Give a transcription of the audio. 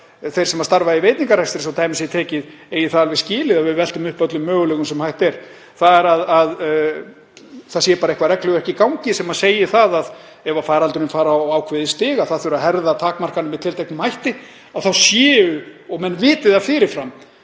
þeir sem starfa í veitingarekstri, svo dæmi sé tekið, eigi það alveg skilið að við veltum upp öllum möguleikum sem hægt er, að hafa eitthvert regluverk í gangi sem segir að ef faraldurinn fari á ákveðið stig og það þurfi að herða takmarkanir með tilteknum hætti þá séu, og menn viti það fyrir fram,